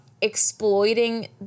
exploiting